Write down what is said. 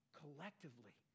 collectively